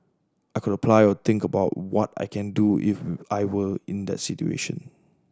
I could apply or think about what I can do if I were in that situation